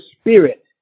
spirit